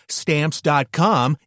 stamps.com